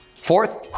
fourth,